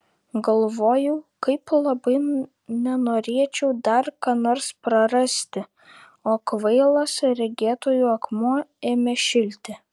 galvojau kaip labai nenorėčiau dar ką nors prarasti o kvailas regėtojų akmuo ėmė šilti